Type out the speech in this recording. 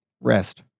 rest